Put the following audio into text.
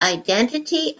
identity